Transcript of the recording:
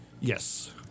Yes